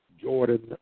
Jordan